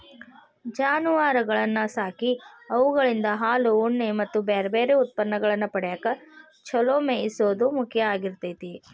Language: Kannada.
ಜಾನುವಾರಗಳನ್ನ ಸಾಕಿ ಅವುಗಳಿಂದ ಹಾಲು, ಉಣ್ಣೆ ಮತ್ತ್ ಬ್ಯಾರ್ಬ್ಯಾರೇ ಉತ್ಪನ್ನಗಳನ್ನ ಪಡ್ಯಾಕ ಚೊಲೋ ಮೇಯಿಸೋದು ಮುಖ್ಯ ಆಗಿರ್ತೇತಿ